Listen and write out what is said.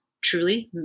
truly